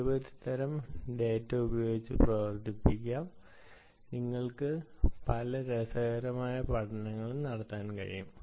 നിരവധി തരം ഡാറ്റ ഉപയോഗിച്ച് പ്രവർത്തിക്കുക നിങ്ങൾക്ക് വളരെ രസകരമായ ചില പഠനങ്ങൾ നടത്താൻ കഴിയും